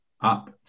up